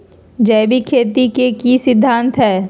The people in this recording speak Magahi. जैविक खेती के की सिद्धांत हैय?